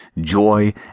joy